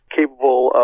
capable